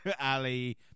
Ali